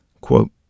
Quote